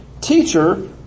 teacher